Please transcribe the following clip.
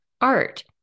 art